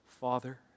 Father